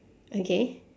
okay